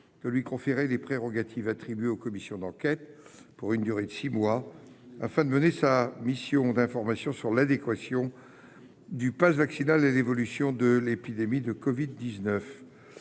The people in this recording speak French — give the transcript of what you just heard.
de lui conférer les prérogatives attribuées aux commissions d'enquête, pour une durée de six mois, afin de mener une mission d'information sur l'adéquation du passe vaccinal à l'évolution de l'épidémie de covid-19.